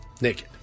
naked